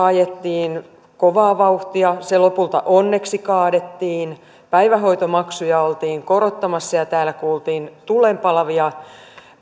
ajettiin kovaa vauhtia se lopulta onneksi kaadettiin päivähoitomaksuja oltiin korottamassa ja täällä kuultiin tulenpalavia